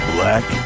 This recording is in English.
Black